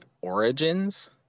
Origins